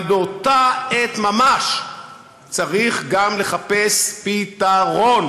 אבל באותה עת ממש צריך גם לחפש פתרון,